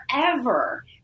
forever